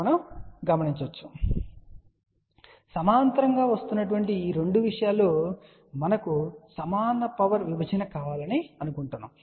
కాబట్టి సమాంతరంగా వస్తున్న రెండు విషయాలు మరియు మనకు సమాన పవర్ విభజన కావాలని అనుకుంటున్నాము